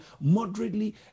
moderately